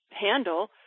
handle